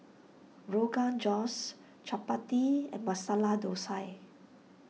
Rogan Josh Chapati and Masala Dosa